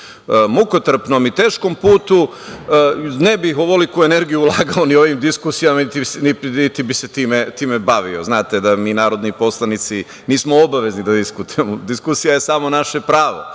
mukotrpnom i teškom putu, ne bih ovoliko energije ulagao u ovim diskusijama niti bi se time bavio. Znate, da mi narodni poslanici nismo obavezni da diskutujemo, a diskusija je samo naše pravo. Ja